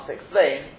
explain